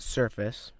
surface